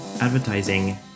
advertising